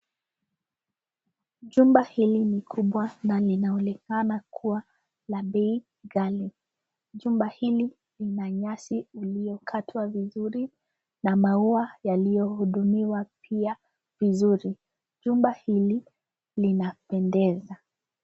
Jumba hili ni kubwa na linaonekana kuwa la bei ghali. Jumba hili lina nyasi iliyokatwa vizuri na maua yaliyohudumiwa pia vizuri. Jumba hili linapendeza.